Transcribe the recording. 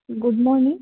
good morning